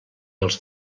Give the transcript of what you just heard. els